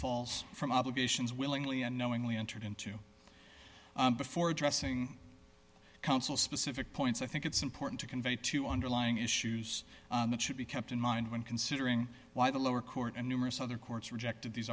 falls from obligations willingly and knowingly entered into before addressing counsel specific points i think it's important to convey to underlying issues that should be kept in mind when considering why the lower court and numerous other courts rejected these